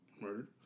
murdered